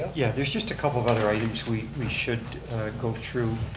yeah there's just a couple of other items we we should go through.